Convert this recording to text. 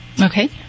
Okay